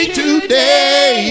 today